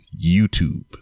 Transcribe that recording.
YouTube